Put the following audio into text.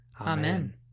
Amen